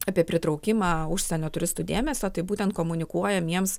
apie pritraukimą užsienio turistų dėmesio tai būtent komunikuojam jiems